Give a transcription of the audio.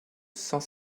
cent